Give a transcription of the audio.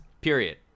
period